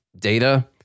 data